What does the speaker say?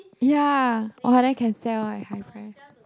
ya all of that can sell one if I cry